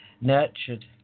nurtured